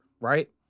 Right